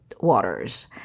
Waters